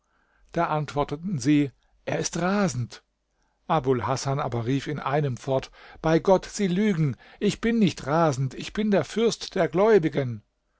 da antworteten sie er ist rasend abul hasan aber rief in einem fort bei gott sie lügen ich bin nicht rasend ich bin der fürst der gläubigen